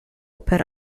per